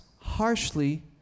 harshly